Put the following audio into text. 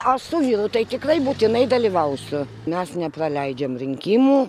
aš su vyru tai tikrai būtinai dalyvausiu mes nepraleidžiam rinkimų